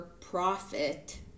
profit